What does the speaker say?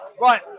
Right